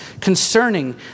concerning